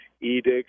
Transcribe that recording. edicts